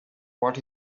what